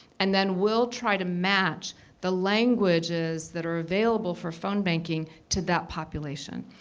and then we'll try to match the languages that are available for phone banking to that population.